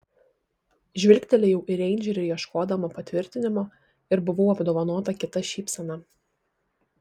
žvilgtelėjau į reindžerį ieškodama patvirtinimo ir buvau apdovanota kita šypsena